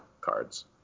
cards